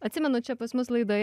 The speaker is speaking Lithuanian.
atsimenu čia pas mus laidoje